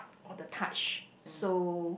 or the touch so